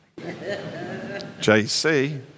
JC